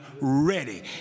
ready